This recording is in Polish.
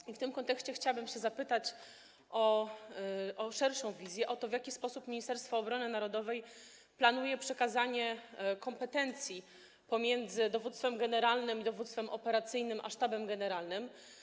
I w tym kontekście chciałabym zapytać o szerszą wizję, o to, jak Ministerstwo Obrony Narodowej planuje przekazywać kompetencje pomiędzy dowództwem generalnym i dowództwem operacyjnym a Sztabem Generalnym.